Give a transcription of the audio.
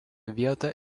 vietą